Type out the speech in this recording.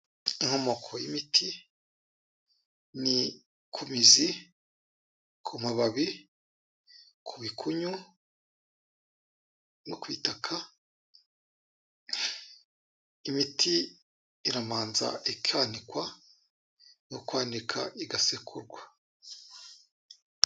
Inkomoko y'imiti, ni kumizi, ku mababi, ku bikunyu, no kwitaka, imiti iramanza ikanikwa, inyuma yo kwanikwa igasekurwa.